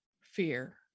fear